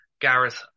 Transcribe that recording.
Gareth